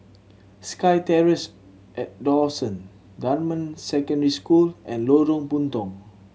SkyTerrace at Dawson Dunman Secondary School and Lorong Puntong